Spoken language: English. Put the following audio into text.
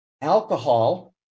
alcohol